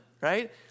right